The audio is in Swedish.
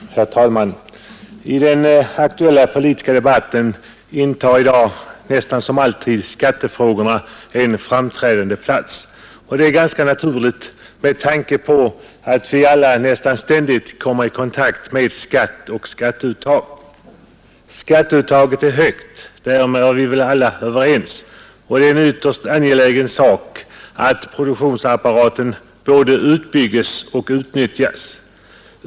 Herr talman! I den aktuella politiska debatten intar i dag — nästan som alltid — skattefrågorna en framträdande plats. Och det är ganska naturligt med tanke på att vi alla nästan ständigt kommer i kontakt med skatt och skatteuttag. Skatteuttaget är högt, därom är vi väl alla överens, och det är en ytterst angelägen sak att produktionsapparaten både utbygges och utnyttjas.